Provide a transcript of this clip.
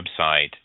website